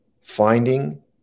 finding